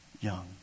young